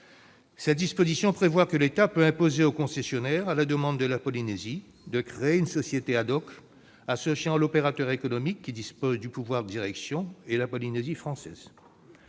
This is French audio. Cette disposition prévoit que l'État peut imposer au concessionnaire- à la demande de la Polynésie française -de créer une société ad hoc associant l'opérateur économique qui dispose du pouvoir de direction et la Polynésie française.